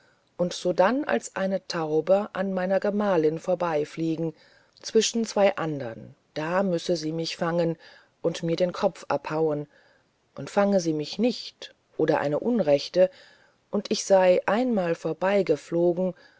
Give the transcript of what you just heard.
und sodann als eine taube an meiner gemahlin vorbeifliegen zwischen zwei andern da müsse sie mich fangen und mir den kopf abhauen und fange sie mich nicht oder eine unrechte und ich sey einmal